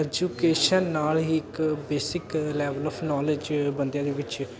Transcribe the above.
education ਨਾਲ ਹੀ ਇੱਕ ਬੇਸਿਕ ਲੈਵਲ ਆਫ ਨਾਲੇਜ ਬੰਦਿਆਂ ਦੇ ਵਿੱਚ